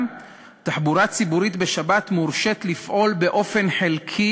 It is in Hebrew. תחבורה ציבורית בשבת מורשית לפעול באופן חלקי